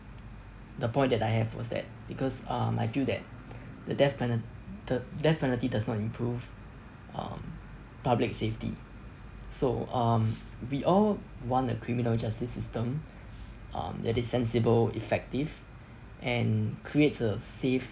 the point that I have was that because um I feel that the death penal~ th~ death penalty does not improve um public safety so um we all want the criminal justice system um that is sensible effective and creates a safe